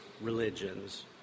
religions